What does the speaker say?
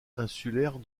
insulaire